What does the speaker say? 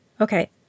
Okay